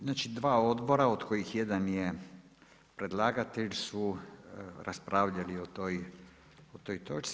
Znači dva odbora od kojih jedan je predlagatelji su raspravljali o toj točci.